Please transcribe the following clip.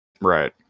Right